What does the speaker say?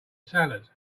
salad